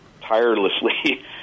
tirelessly